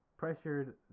Pressured